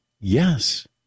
yes